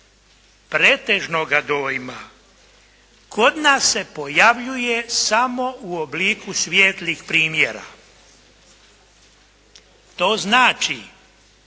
pretežnoga dojma. Kod nas se pojavljuje samo u obliku svijetlih primjera. To znači,